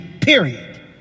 period